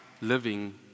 living